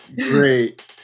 great